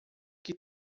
que